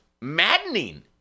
maddening